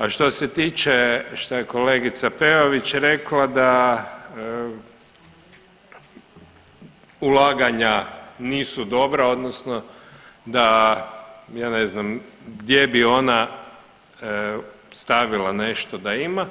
A što se tiče šta je kolegica Peović rekla da ulaganja nisu dobra odnosno da, ja ne znam gdje bi ona stavila nešto da ima